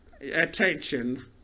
attention